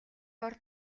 бор